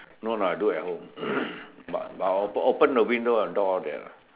no lah do at home but but I will op~ open the window and door all that lah